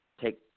take